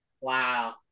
Wow